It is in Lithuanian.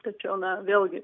tačiau na vėlgi